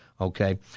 Okay